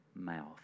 mouth